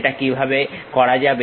সেটা কিভাবে করা যাবে